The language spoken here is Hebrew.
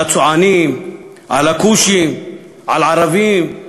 על הצוענים, על הכושים, על ערבים,